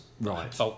Right